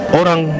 orang